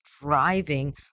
driving